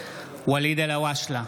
ואליד אלהואשלה,